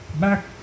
Back